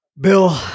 Bill